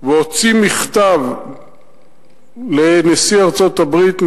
והוציא מכתב לנשיא ארצות-הברית,